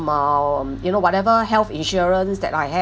my um you know whatever health insurance that I have